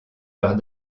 leurs